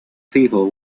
people